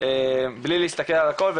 בלי להסתכל על הכל.